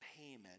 payment